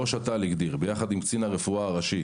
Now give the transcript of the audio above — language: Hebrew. ראש אט"ל הגדיר יחד עם קצין הרפואה הראשי,